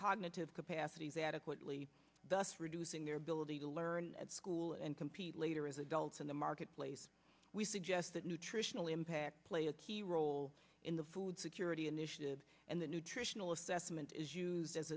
cognitive capacities adequately thus reducing their ability to learn at school and compete later as adults in the marketplace we suggest that nutritional impact play a key role in the food security initiative and the nutritional assessment is used as